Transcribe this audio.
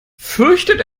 fürchtet